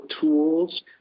tools